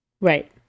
Right